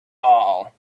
all